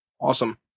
Awesome